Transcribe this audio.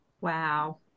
Wow